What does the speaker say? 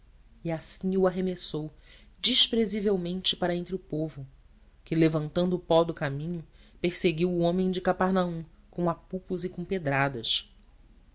e assim o arremessou desprezivelmente para entre o povo que levantando o pó do caminho perseguiu o homem de cafarnaum com apupos e com pedradas